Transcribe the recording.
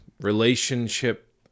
relationship